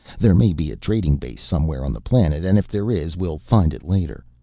there may be a trading base somewhere on the planet, and if there is we'll find it later.